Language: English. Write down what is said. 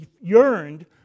yearned